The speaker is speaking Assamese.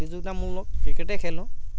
প্ৰতিযোগিতামূলক ক্ৰিকেটেই খেলোঁ